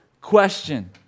question